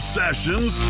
sessions